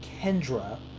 Kendra